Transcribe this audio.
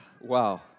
Wow